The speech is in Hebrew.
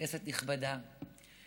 כנסת נכבדה,